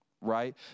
right